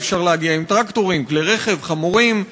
אי-אפשר להגיע עם טרקטורים, כלי רכב, חמורים,